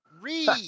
Read